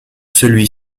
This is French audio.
celui